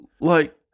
Like-